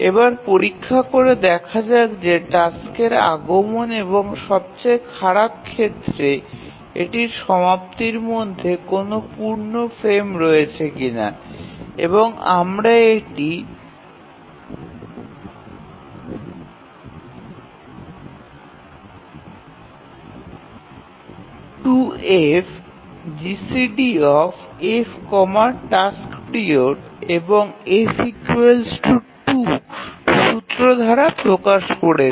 এবার পরীক্ষা করে দেখা যাক যে টাস্কের আগমন এবং সবচেয়ে খারাপ ক্ষেত্রে এটির সমাপ্তির মধ্যে কোনও পূর্ণ ফ্রেম রয়েছে কিনা এবং আমরা এটি 2F GCDF task period এবং F2 সুত্র দ্বারা প্রকাশ করেছি